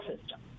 system